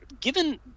given